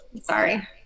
Sorry